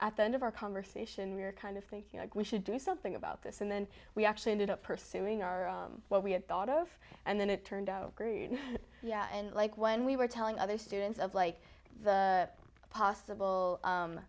at the end of our conversation we're kind of thinking like we should do something about this and then we actually ended up pursuing our what we had thought of and then it turned out yeah and like when we were telling other students of like the possible